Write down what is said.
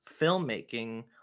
filmmaking